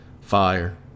fire